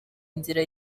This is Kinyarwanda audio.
inzira